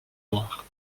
noirs